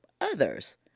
others